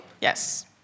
yes